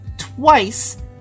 Twice